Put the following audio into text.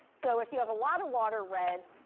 so if you have a lot of water, red.